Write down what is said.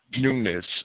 newness